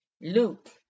Luke